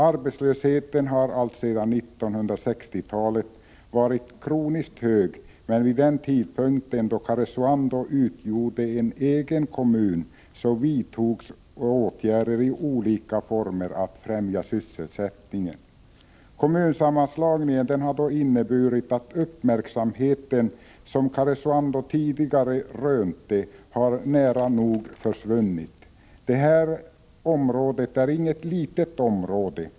Arbetslösheten har alltsedan 1960-talet varit kroniskt hög, men vid den tidpunkt då Karesuando utgjorde en egen kommun vidtogs åtgärder i olika former för att främja sysselsättningen. Kommunsammanslagningen har inneburit att den uppmärksamhet som Karesuando tidigare rönte nära nog har försvunnit. Detta område är inget litet område.